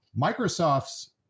Microsoft's